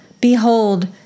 Behold